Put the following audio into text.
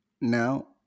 Now